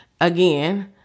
Again